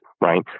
right